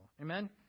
Amen